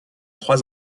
trois